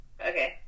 Okay